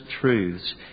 truths